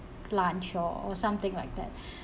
lunch or or something like that